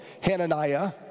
Hananiah